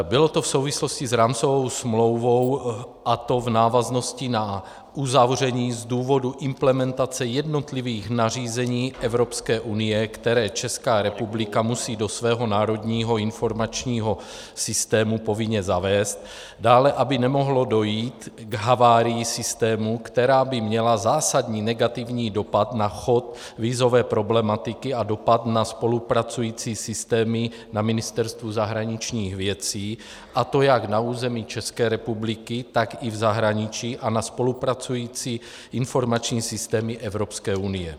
Bylo to v souvislosti s rámcovou smlouvou, a to v návaznosti na uzavření z důvodu implementace jednotlivých nařízení Evropské unie, která Česká republika musí do svého národního informačního systému povinně zavést, dále aby nemohlo dojít k havárii systému, která by měla zásadní negativní dopad na chod vízové problematiky a dopad na spolupracující systémy na Ministerstvu zahraničních věcí, a to jak na území České republiky, tak i v zahraničí, a na spolupracující informační systémy Evropské unie.